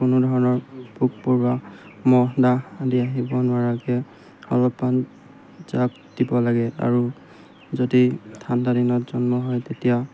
কোনো ধৰণৰ পোক পৰুৱা মহ দাহ আদি আহিব নোৱাৰাকৈ অলপমান জাক দিব লাগে আৰু যদি ঠাণ্ডা দিনত জন্ম হয় তেতিয়া